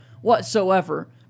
whatsoever